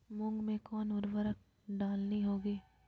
मूंग में कौन उर्वरक डालनी होगी?